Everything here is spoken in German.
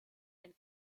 ein